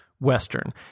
western